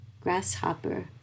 grasshopper